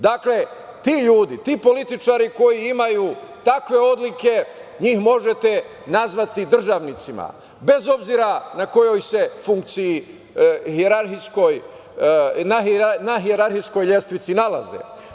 Dakle, ti ljudi, ti političari koji imaju takve odlike njih možete nazvati državnicima, bez obzira na kojoj se funkciji, hijerarhijskoj lestvici nalaze.